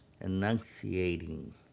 enunciating